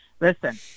Listen